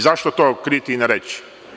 Zašto to kriti i ne reći?